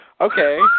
Okay